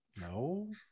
No